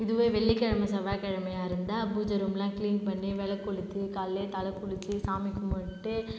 இதுவே வெள்ளிக்கிழம செவ்வாக்கிழமையா இருந்தால் பூஜை ரூமெலாம் கிளீன் பண்ணி விளக்கு கொளுத்தி காலையிலியே தலை குளித்து சாமி கும்பிட்டு